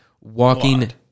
Walking